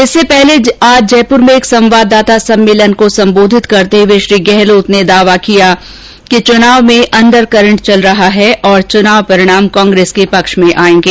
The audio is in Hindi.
इससे पहले आज जयपुर में एक संवाददाता सम्मेलन को संबोधित करते हुए श्री गहलोत ने दावा किया है कि चुनाव में अंडर करंट चल रहा है और चुनाव परिणाम कांग्रेस के पक्ष में आयेंगे